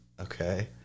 okay